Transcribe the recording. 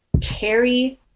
carry